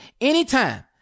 anytime